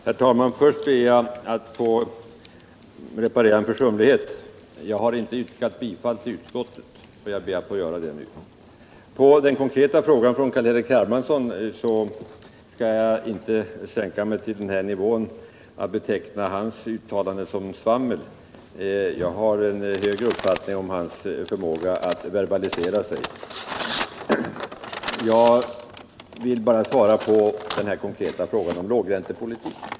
Herr talman! Först vill jag reparera en försumlighet. Jag har inte yrkat bifall till utskottets hemställan och ber att få göra det nu. När det gäller den konkreta frågan från Carl-Henrik Hermansson skall jag inte sänka mig till den nivån att jag betecknar hans uttalande såsom svammel. Jag har en hög uppfattning om hans förmåga att verbalisera sig. Jag vill bara svara på den konkreta frågan om lågräntepolitiken.